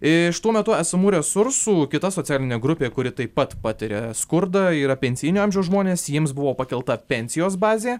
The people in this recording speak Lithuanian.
iš tuo metu esamų resursų kita socialinė grupė kuri taip pat patiria skurdą yra pensinio amžiaus žmonės jiems buvo pakelta pensijos bazė